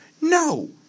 No